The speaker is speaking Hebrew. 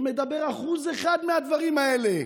שמדבר אחוז אחד מהדברים האלה,